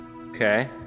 Okay